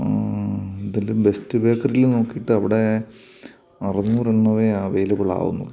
ഇതില് ബെസ്റ്റ് ബേക്കറിയില് നോക്കിയിട്ടവിടെ അറുനൂറെണ്ണമേ അവൈലബിളാവുന്നുള്ളു